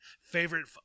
favorite